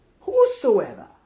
Whosoever